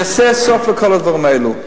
תעשה סוף לכל הדברים האלה.